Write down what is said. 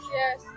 yes